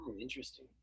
Interesting